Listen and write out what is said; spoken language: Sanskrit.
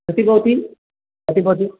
कति भवति कति बवति